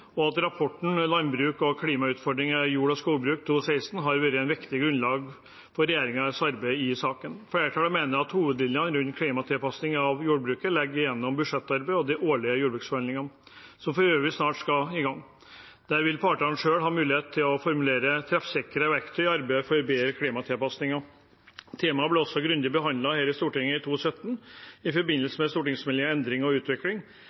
og at rapporten om landbruk og klimautfordringer i jord- og skogbruket fra 2016 har vært et viktig grunnlag for regjeringens arbeid i saken. Flertallet mener at hovedlinjene rundt klimatilpasning av jordbruket legges gjennom budsjettarbeidet og de årlige jordbruksforhandlingene, som for øvrig snart skal i gang. Der vil partene selv ha mulighet til å formulere treffsikre verktøy i arbeidet for bedre klimatilpasninger. Temaet ble også grundig behandlet i Stortinget i 2017, i forbindelse med Meld. St. 11 for 2016–2017, Endring og utvikling